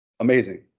Amazing